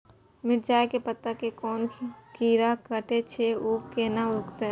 मिरचाय के पत्ता के कोन कीरा कटे छे ऊ केना रुकते?